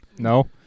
No